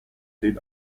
did